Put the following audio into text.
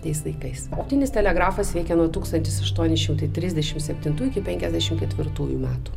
tais laikais optinis telegrafas veikė nuo tūkstantis aštuoni šimtai trisdešimt septintų iki penkiasdešimt ketvirtųjų metų